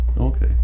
okay